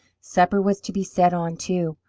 supper was to be set on, too.